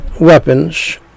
weapons